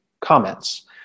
comments